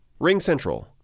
RingCentral